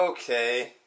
Okay